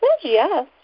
yes